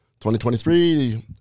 2023